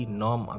norm